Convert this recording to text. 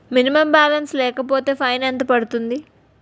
Minimum balance లేకపోతే fine ఎంత పడుతుంది?